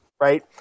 right